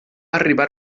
arribar